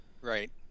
Right